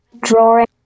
drawing